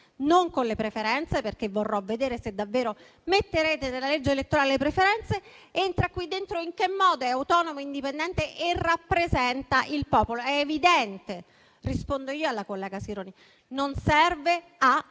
non con le preferenze (perché vorrò vedere se davvero metterete nella legge elettorale le preferenze), entra in queste Aule? In che modo è autonomo, indipendente e rappresenta il popolo? È evidente, rispondo io alla collega Sironi: non serve a